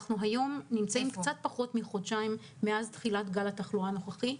אנחנו נמצאים היום קצת פחות מחודשיים מתחילת גל התחלואה הנוכחי,